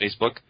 Facebook